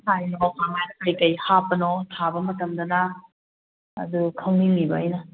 ꯀꯩꯀꯩ ꯍꯥꯞꯄꯅꯣ ꯊꯥꯕ ꯃꯇꯝꯗꯅ ꯑꯗꯨ ꯈꯪꯅꯤꯡꯉꯤꯕ ꯑꯩꯅ